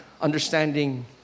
understanding